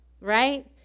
right